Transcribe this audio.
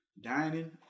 dining